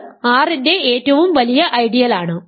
അത് R ൻറെ ഏറ്റവും വലിയ ഐഡിയലാണ്